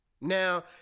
Now